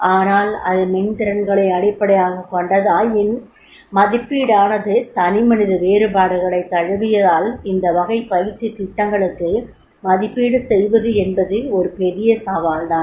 ஆனால் அது மென்திறன்களை அடிப்படையாகக் கொண்டதாயின் மதிப்பீடானது தனிமனித வேறுபாடுகளைத் தழுவியதால் இந்த வகை பயிற்சித் திட்டங்களுக்கு மதிப்பீடு செய்வதென்பது ஒரு பெரிய சவால் தான்